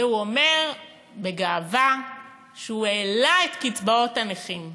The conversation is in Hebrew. והוא אומר בגאווה שהוא העלה את קצבאות הנכים.